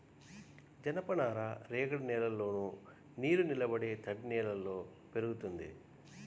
జనపనార రేగడి నేలల్లోను, నీరునిలబడే తడినేలల్లో పెరుగుతుంది